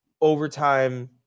overtime